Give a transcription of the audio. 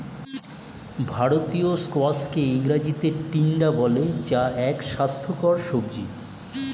ভারতীয় স্কোয়াশকে ইংরেজিতে টিন্ডা বলে যা এক স্বাস্থ্যকর সবজি